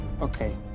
Okay